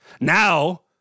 Now